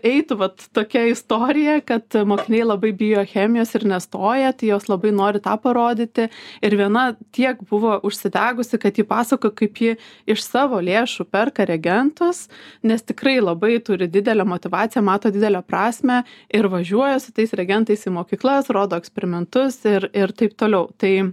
eitų vat tokia istorija kad mokiniai labai bijo chemijos ir nestoja tai jos labai nori tą parodyti ir viena tiek buvo užsidegusi kad ji pasakojo kaip ji iš savo lėšų perka regentus nes tikrai labai turi didelę motyvaciją mato didelę prasmę ir važiuoja su tais regentais į mokyklas rodo eksperimentus ir ir taip toliau tai